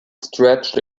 stretched